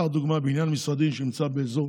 קח לדוגמה בניין משרדים שנמצא באזור